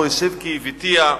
פה אשב כי אִוִתיה",